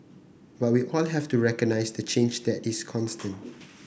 but we all have to recognise the change that is constant